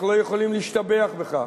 אנחנו לא יכולים להשתבח בכך,